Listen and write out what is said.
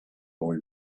boy